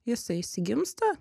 jisai išsigimsta